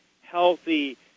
healthy